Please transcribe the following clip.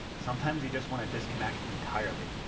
sometimes we just wanna disconnect entirely.